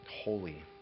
holy